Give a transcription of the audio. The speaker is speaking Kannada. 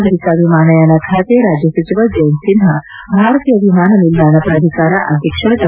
ನಾಗರಿಕ ವಿಮಾನಯಾನ ಖಾತೆ ರಾಜ್ಯ ಸಚಿವ ಜಯಂತ್ ಸಿನ್ಹಾ ಭಾರತೀಯ ವಿಮಾನ ನಿಲ್ದಾಣ ಪ್ರಾಧಿಕಾರ ಅಧ್ಯಕ್ಷ ಡಾ